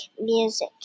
music